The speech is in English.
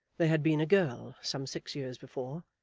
there had been a girl some six years before,